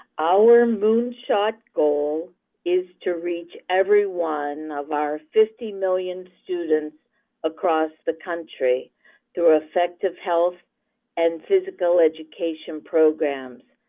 our moonshot goal is to reach every one of our fifty million students across the country through effective health and physical education programs.